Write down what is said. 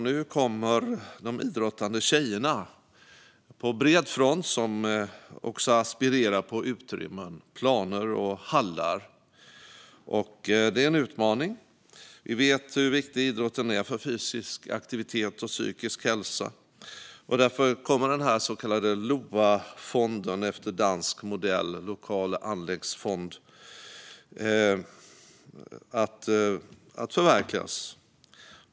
Nu kommer de idrottande tjejerna på bred front som också aspirerar på utrymmen, planer och hallar. Det är en utmaning. Vi vet hur viktig idrotten är för fysisk aktivitet och psykisk hälsa. Därför kommer nu den så kallade LOA-fonden, en lokal och anläggningsfond, efter dansk modell att förverkligas.